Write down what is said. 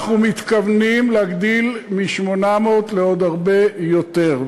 אנחנו מתכוונים להגדיל מ-800 לעוד הרבה יותר,